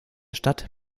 stadt